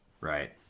Right